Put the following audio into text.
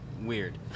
weird